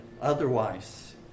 otherwise